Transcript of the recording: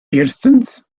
erstens